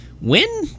win